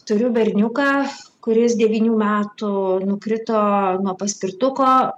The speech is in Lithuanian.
turiu berniuką kuris devynių metų nukrito nuo paspirtuko